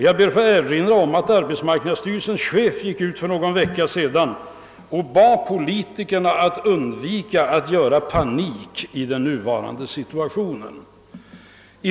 Jag ber att få erinra om att arbetsmarknadsstyrelsens chef för någon vecka sedan bad politikerna att undvika att skapa panik i den nuvarande situationen.